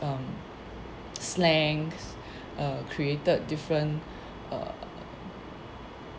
um slangs err created different err